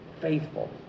faithful